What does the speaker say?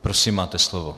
Prosím, máte slovo.